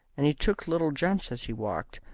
and he took little jumps as he walked,